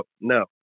No